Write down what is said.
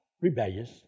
rebellious